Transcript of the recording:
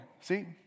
See